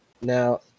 Now